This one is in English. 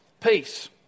peace